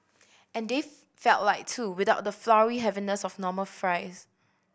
and they felt light too without the floury heaviness of normal fries